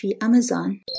Amazon